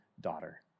daughter